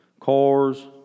Cars